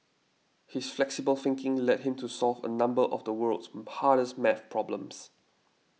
his flexible thinking led him to solve a number of the world's hardest math problems